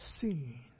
seen